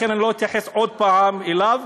לכן אני לא אתייחס עוד פעם אליו,